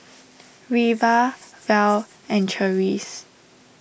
Reva Val and Charisse